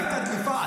הייתה דליפה?